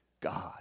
God